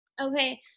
okay